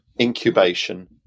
incubation